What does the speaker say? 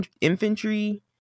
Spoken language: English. infantry